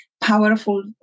powerful